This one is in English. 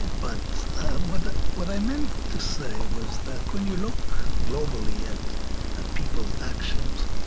and but what what i meant to say was that when you look globally at ah people's actions,